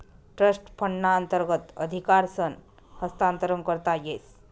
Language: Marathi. ट्रस्ट फंडना अंतर्गत अधिकारसनं हस्तांतरण करता येस